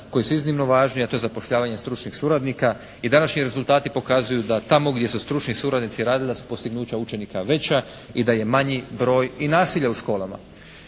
koji su iznimno važni, a to je zapošljavanje stručnih suradnika i današnji rezultati pokazuju da tamo gdje su stručni suradnici radili da su postignuća učenika veća i da je manji broj i nasilja u školama.